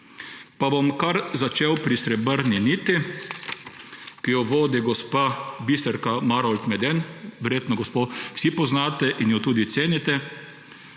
Bom kar začel pri Srebrni niti, ki jo vodi gospa Biserka Marolt Meden. Verjetno gospo vsi poznate in jo tudi cenite,